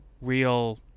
real